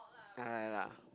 ah ya lah